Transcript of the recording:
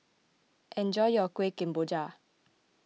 enjoy your Kueh Kemboja